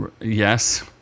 yes